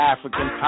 African